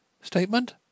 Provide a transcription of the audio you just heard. Statement